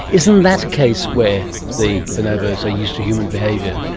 isn't that a case where the bonobos are used to human behaviour?